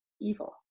evil